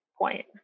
point